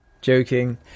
Joking